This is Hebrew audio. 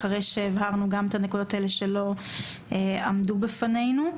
אחרי שהבהרנו גם את הנקודות האלה שלא עמדו בפנינו.